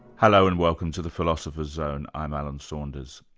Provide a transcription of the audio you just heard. hello and welcome to the philosopher's zone. i'm alan saunders.